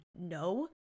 No